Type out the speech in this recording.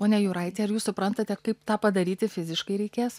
pone jūraiti ar jūs suprantate kaip tą padaryti fiziškai reikės